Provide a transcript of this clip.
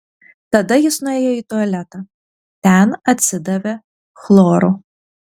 tada jis nuėjo į tualetą ten atsidavė chloru